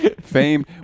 Fame